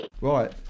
Right